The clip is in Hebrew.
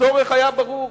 הצורך היה ברור.